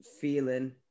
feeling